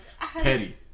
Petty